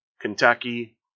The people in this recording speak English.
Kentucky